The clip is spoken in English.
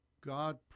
God